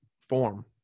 form